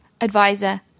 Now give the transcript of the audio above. advisor